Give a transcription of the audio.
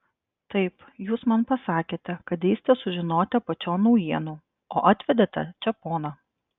taip jūs man pasakėte kad eisite sužinoti apačion naujienų o atvedėte čia poną